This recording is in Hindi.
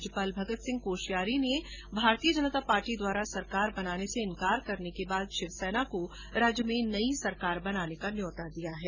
राज्यपाल भगत सिंह कोश्यारी ने भारतीय जनता पार्टी द्वारा सरकार बनाने से इनकार के बाद शिवसेना को राज्य में नई सरकार बनाने का न्यौता दिया है